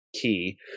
key